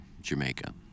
jamaica